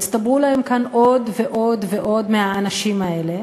הצטברו להם כאן עוד ועוד ועוד מהאנשים האלה,